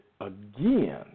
again